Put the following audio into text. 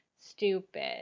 stupid